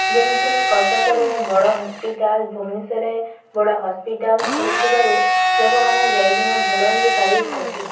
ଯେମିତିକି କଟକରେ ବଡ଼ ହସ୍ପିଟାଲ ଭୁବନେଶ୍ୱରରେ ବଡ଼ ହସ୍ପିଟାଲ ଖୋଲିଥିବାରୁ ଲୋକମାନେ ଯାଇକିନା ଭଲ ହେଇପାରିଛନ୍ତି